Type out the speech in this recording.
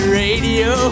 radio